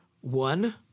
One